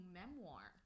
memoir